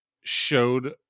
showed